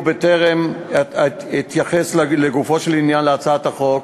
ובטרם אתייחס לגופו של עניין הצעת החוק,